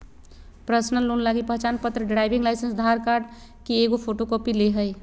personal loan लगी पहचानपत्र, driving licence, Aadhaar card की एगो फोटोकॉपी ले हइ